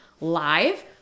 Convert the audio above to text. live